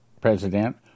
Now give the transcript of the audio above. president